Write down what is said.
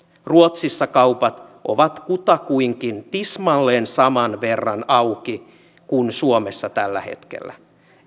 ruotsissa kaupat ovat kutakuinkin tismalleen saman verran auki kuin suomessa tällä hetkellä